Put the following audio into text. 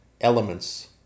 elements